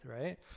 right